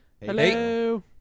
hello